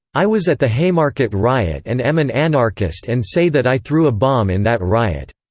i was at the haymarket riot and am an anarchist and say that i threw a bomb in that riot.